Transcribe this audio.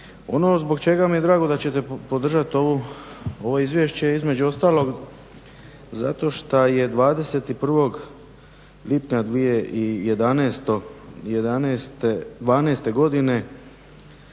Ono zbog čega mi je drago da ćete podržati ovo izvješće je između ostalog zato šta je 21.lipnja 2012.godine